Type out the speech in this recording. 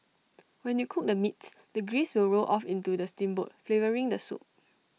when you cook the meats the grease will roll off into the steamboat flavouring the soup